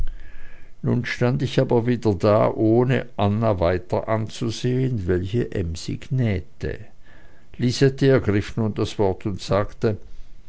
nun stand ich aber wieder da ohne anna weiter anzusehen welche emsig nähte lisette ergriff nun das wort und sagte